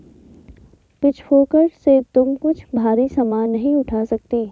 pitchfork से तुम कुछ भारी सामान नहीं उठा सकती